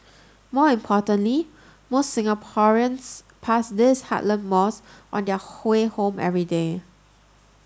more importantly most Singaporeans pass these heartland malls on their way home every day